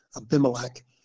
Abimelech